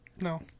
No